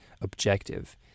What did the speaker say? objective